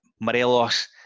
Morelos